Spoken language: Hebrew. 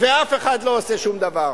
ואף אחד לא עושה שום דבר.